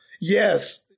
yes